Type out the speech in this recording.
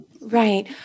Right